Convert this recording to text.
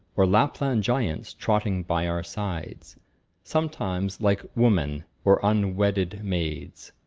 or lapland giants, trotting by our sides sometimes like women, or unwedded maids,